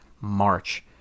March